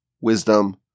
wisdom